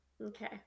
Okay